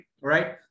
right